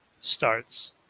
starts